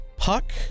Puck